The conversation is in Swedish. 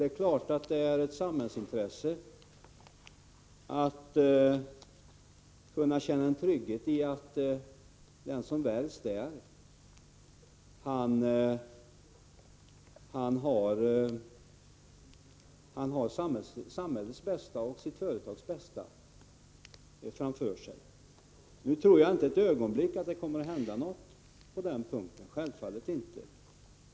Det är klart att det är ett samhällsintresse att kunna känna en trygghet i att den som väljs till styrelseordförande där har samhällets och sitt företags bästa för ögonen. Nu tror jag inte ett ögonblick att det kommer att hända något särskilt på den punkten. Självfallet inte.